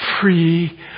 free